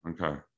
Okay